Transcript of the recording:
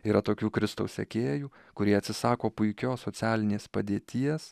yra tokių kristaus sekėjų kurie atsisako puikios socialinės padėties